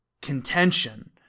contention